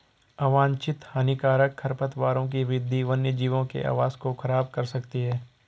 अवांछित हानिकारक खरपतवारों की वृद्धि वन्यजीवों के आवास को ख़राब कर सकती है